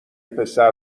پسر